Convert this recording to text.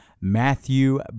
Matthew